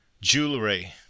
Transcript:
Jewelry